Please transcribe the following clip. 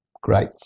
great